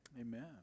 Amen